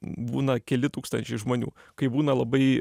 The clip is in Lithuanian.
būna keli tūkstančiai žmonių kai būna labai